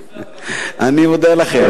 אני מודה לכם,